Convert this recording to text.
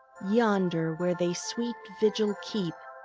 yonder where they sweet vigil keep,